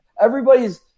everybody's